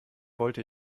wollte